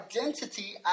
identity